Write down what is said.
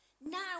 Now